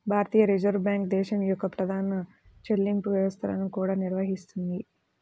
భారతీయ reserve bank దేశం యొక్క ప్రధాన చెల్లింపు వ్యవస్థలను కూడా నిర్వహిస్తుంది